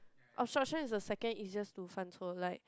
obstruction is the second easiest to 犯错 like